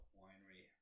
winery